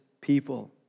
people